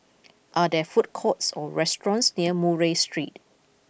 are there food courts or restaurants near Murray Street